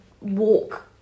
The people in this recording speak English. walk